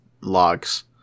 logs